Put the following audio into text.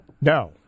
No